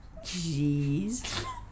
jeez